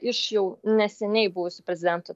iš jau neseniai buvusių prezidentų